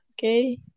okay